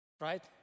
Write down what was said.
right